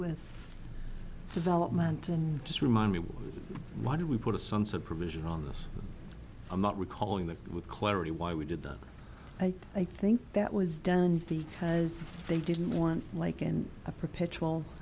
with development and just remind me why do we put a sunset provision on this i'm not recalling that with clarity why we did that i think that was done the cuz they didn't want like in a perpetual